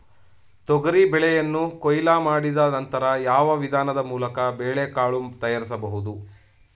ತೊಗರಿ ಬೇಳೆಯನ್ನು ಕೊಯ್ಲು ಮಾಡಿದ ನಂತರ ಯಾವ ವಿಧಾನದ ಮೂಲಕ ಬೇಳೆಕಾಳು ತಯಾರಿಸಬಹುದು?